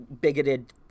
Bigoted